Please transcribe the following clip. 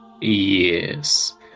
Yes